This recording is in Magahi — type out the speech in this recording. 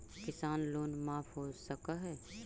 किसान लोन माफ हो सक है?